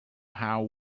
how